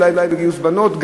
אולי בגיוס בנות,